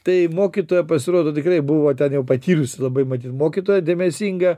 tai mokytoja pasirodo tikrai buvo ten jau patyrusi labai matyt mokytoja dėmesinga